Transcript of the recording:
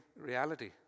reality